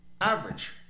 average